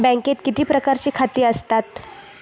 बँकेत किती प्रकारची खाती आसतात?